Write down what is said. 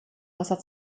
wasser